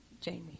Jamie